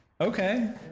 okay